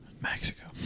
Mexico